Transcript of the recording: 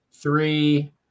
three